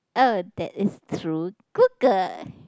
oh that is true good girl